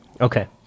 Okay